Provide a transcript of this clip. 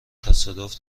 تصادف